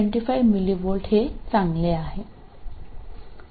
അപ്പോൾ ഈ സ്വഭാവം എങ്ങനെയുണ്ടെന്ന് നോക്കാം